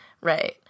right